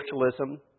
socialism